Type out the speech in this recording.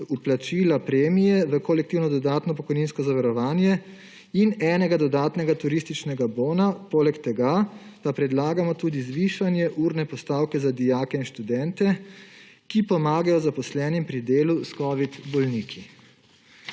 vplačila premije v kolektivno dodatno pokojninsko zavarovanje in enega dodatnega turističnega bona, poleg tega da predlagamo tudi zvišanje urne postavke za dijake in študente, ki pomagajo zaposlenim pri delu s covid bolniki.